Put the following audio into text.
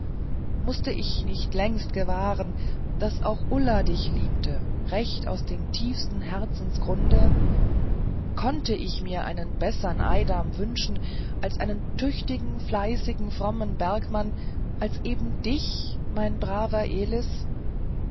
mußte ich nicht längst gewahren daß auch ulla dich liebte recht aus dem tiefsten herzensgrunde konnte ich mir einen bessern eidam wünschen als einen tüchtigen fleißigen frommen bergmann als eben dich mein braver elis